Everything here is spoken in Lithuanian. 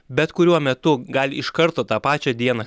bet kuriuo metu gali iš karto tą pačią dieną